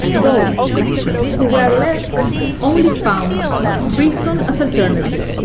those who were left only found prison as alternative.